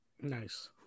nice